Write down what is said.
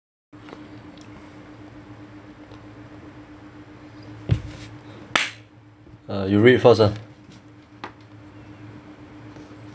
uh you read first ah